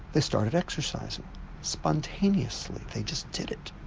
they started exercising spontaneously, they just did it.